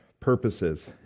purposes